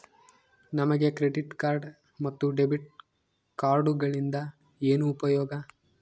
ನಮಗೆ credit card ಮತ್ತು debit ಕಾರ್ಡುಗಳಿಂದ ಏನು ಉಪಯೋಗ?